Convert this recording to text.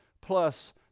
plus